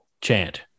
chant